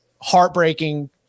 heartbreaking